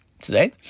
today